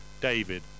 David